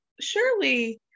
surely